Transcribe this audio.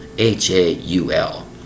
H-A-U-L